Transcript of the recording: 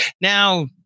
now